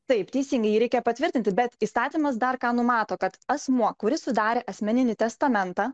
taip teisingai jį reikia patvirtinti bet įstatymas dar ką numato kad asmuo kuris sudarė asmeninį testamentą